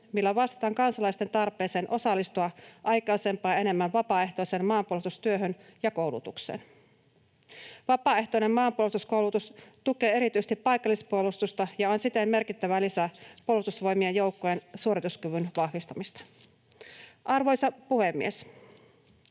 millä vastataan kansalaisten tarpeeseen osallistua aikaisempaa enemmän vapaaehtoiseen maanpuolustustyöhön ja koulutukseen. Vapaaehtoinen maanpuolustuskoulutus tukee erityisesti paikallispuolustusta ja on siten merkittävä lisä Puolustusvoimien joukkojen suorituskyvyn vahvistamiseen. Arvoisa puhemies!